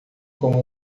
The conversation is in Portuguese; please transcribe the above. como